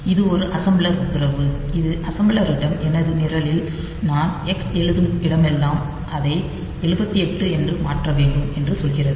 இது ஒரு அசெம்பிளர் உத்தரவு இது அசெம்பிளரிடம் எனது நிரலில் நான் எக்ஸ் எழுதும் இடமெல்லாம் அதை 78 என்று மாற்ற வேண்டும் என்று சொல்கிறது